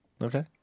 Okay